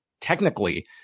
technically